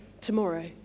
tomorrow